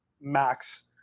max